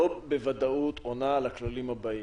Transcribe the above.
לא בוודאות עונה על הכללים הבאים.